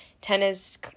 tennis